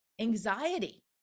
anxiety